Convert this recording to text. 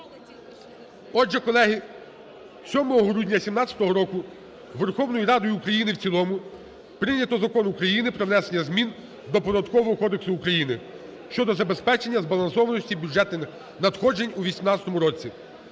Отже, колеги, 7 грудня 2017 року Верховною Радою України в цілому прийнято Закон України про внесення змін до Податкового кодексу України щодо забезпечення збалансованості бюджетних надходжень у 2018 році.